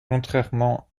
contrairement